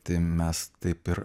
tai mes taip ir